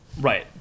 Right